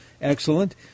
excellent